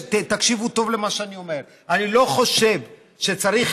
ותקשיבו טוב למה שאני אומר: אני לא חושב שצריך